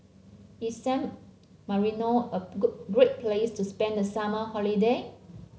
is San Marino a good great place to spend the summer holiday